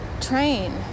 train